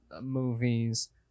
movies